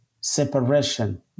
separation